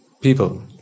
people